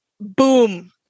boom